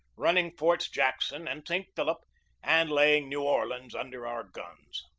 running forts jackson and st. philip and laying new orleans under our guns.